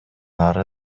ары